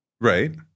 Right